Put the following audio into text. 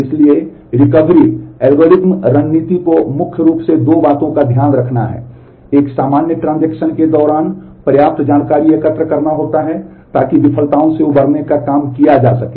इसलिए recovery algorithm रणनीति को मुख्य रूप से दो बातों का ध्यान रखना है एक सामान्य ट्रांजेक्शन के दौरान पर्याप्त जानकारी एकत्र करना होता है ताकि विफलताओं से उबरने का काम किया जा सके